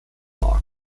park